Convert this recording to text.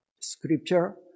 scripture